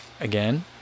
again